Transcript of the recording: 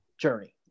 journey